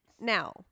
Now